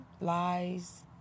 lies